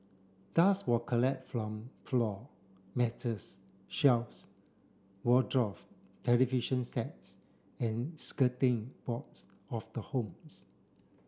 dust were collect from floor matters shelves wardrobes television sets and skirting boards of the homes